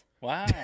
Wow